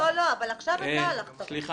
לא, עכשיו אתה הלכת רחוק.